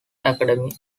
academy